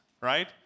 right